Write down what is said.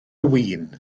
win